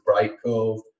Brightcove